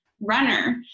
runner